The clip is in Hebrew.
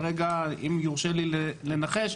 אם יורשה לי לנחש,